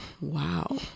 Wow